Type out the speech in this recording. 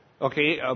Okay